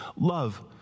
love